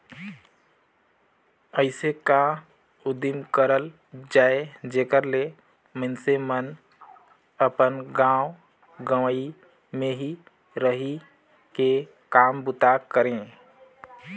अइसे का उदिम करल जाए जेकर ले मइनसे मन अपन गाँव गंवई में ही रहि के काम बूता करें